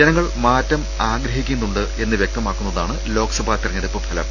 ജനങ്ങൾ മാറ്റം ആഗ്രഹിക്കുന്നുണ്ട് എന്ന് വ്യക്തമാക്കുന്നതാണ് ലോക്സഭാ തെരഞ്ഞെടുപ്പ് ഫലം